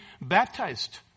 baptized